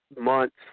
months